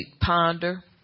ponder